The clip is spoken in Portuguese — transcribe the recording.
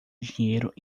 dinheiro